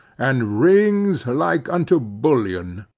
and rings like unto bullion.